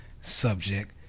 subject